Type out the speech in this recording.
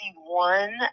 one